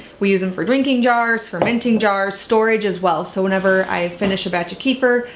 we use them for drinking jars, fermenting jars, storage as well. so whenever i finish a batch of kefir,